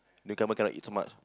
newcomer cannot eat so much